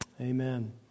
Amen